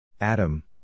Adam